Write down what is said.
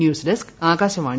news desk Akashvani